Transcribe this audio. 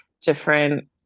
different